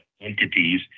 entities